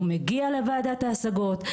הוא מגיע לוועדת ההשגות,